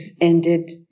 ended